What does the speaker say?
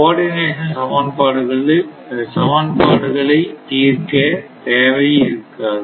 coordination சமன்பாடுகளை தீர்க்க தேவை இருக்காது